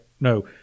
No